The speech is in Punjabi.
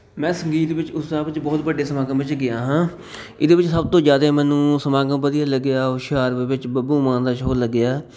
ਮੈਂ ਸੰਗੀਤ ਵਿੱਚ ਉਸ ਹਿਸਾਬ ਵਿੱਚ ਬਹੁਤ ਵੱਡੇ ਸਮਾਗਮ ਵਿੱਚ ਗਿਆ ਹਾਂ ਇਹਦੇ ਵਿੱਚ ਸਭ ਤੋਂ ਜ਼ਿਆਦੇ ਮੈਨੂੰ ਸਮਾਗਮ ਵਧੀਆ ਲੱਗਿਆ ਹੁਸ਼ਿਆਰਪੁਰ ਵਿੱਚ ਬੱਬੂ ਮਾਨ ਦਾ ਸ਼ੋਅ ਲੱਗਿਆ